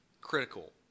critical